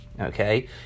okay